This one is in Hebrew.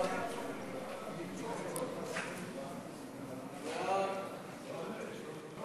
חוק זכויות החולה (תיקון מס' 6), התשע"ד